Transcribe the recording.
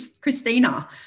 Christina